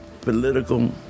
political